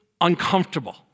uncomfortable